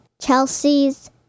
Chelsea's